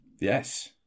Yes